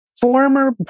former